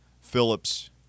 Phillips